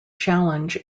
challenge